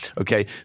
okay